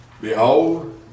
Behold